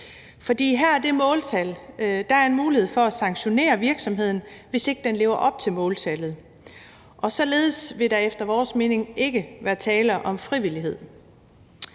med et måltal er der en mulighed for at sanktionere virksomheden, hvis ikke den lever op til måltallet, og således vil der efter vores mening ikke være tale om frivillighed.